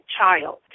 child